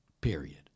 period